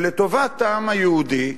שלטובת העם היהודי,